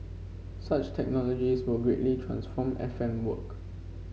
such technologies will greatly transform F M work